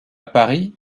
paris